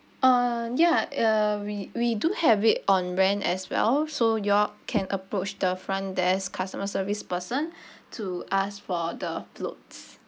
uh ya uh we we do have it on rent as well so you all can approach the front desk customer service person to ask for the floats